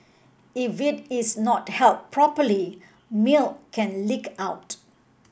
if it is not held properly milk can leak out